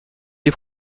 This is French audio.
des